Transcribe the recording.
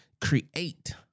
create